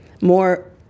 More